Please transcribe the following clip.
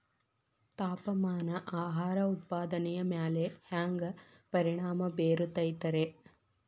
ತಾಪಮಾನ ಆಹಾರ ಉತ್ಪಾದನೆಯ ಮ್ಯಾಲೆ ಹ್ಯಾಂಗ ಪರಿಣಾಮ ಬೇರುತೈತ ರೇ?